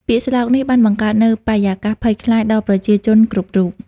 ពាក្យស្លោកនេះបានបង្កើតនូវបរិយាកាសភ័យខ្លាចដល់ប្រជាជនគ្រប់រូប។